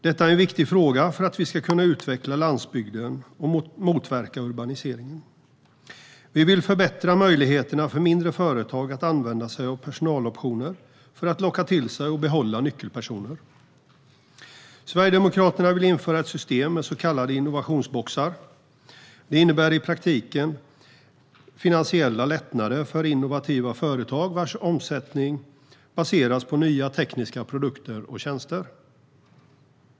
Detta är en viktig fråga för att vi ska kunna utveckla landsbygden och motverka urbaniseringen. Vi vill förbättra möjligheterna för mindre företag att använda sig av personaloptioner för att locka till sig och behålla nyckelpersoner. Sverigedemokraterna vill införa ett system med så kallade innovationsboxar. Det innebär i praktiken finansiella lättnader för innovativa företag, vars omsättning baseras på nya tekniska produkter eller tjänster.